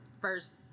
first